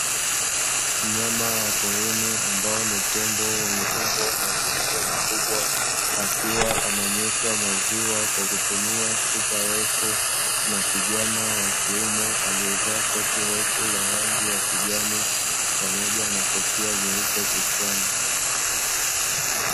Mnyama wa porini ambao ni Tembo, mwenye umbo na uzito mkubwa, akiwa ananyweshwa maziwa kwa kutumia chupa refu, na kijani wa kiume aliyevaa koti refu la rangi ya kijani pamoja na kofia nyeupe kichwani.